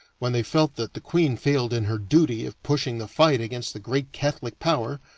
when they felt that the queen failed in her duty of pushing the fight against the great catholic power,